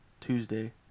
Tuesday